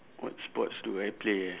what sports do I play eh